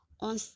On